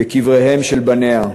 בקבריהם של בניה,